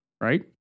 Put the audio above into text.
right